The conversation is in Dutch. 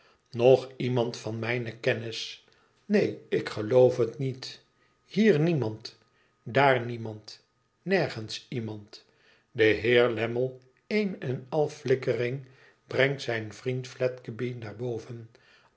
nog iemand van mijne kennis neen ik geloof het niet hier niemand dr niemand nergens iemand de heer lammie een en al flikkering brengt zijn vriend fledgeby naar voren